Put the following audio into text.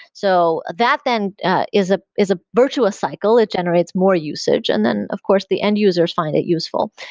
so that then is ah is a virtuous cycle. it generates more usage. and then, of course, the end users find it useful.